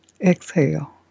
exhale